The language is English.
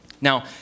Now